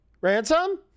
Ransom